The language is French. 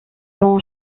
son